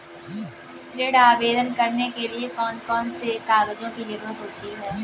ऋण आवेदन करने के लिए कौन कौन से कागजों की जरूरत होती है?